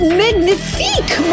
magnifique